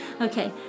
Okay